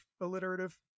alliterative